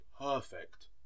perfect